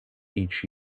each